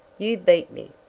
you beat me!